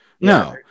no